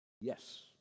Yes